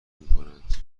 میکنند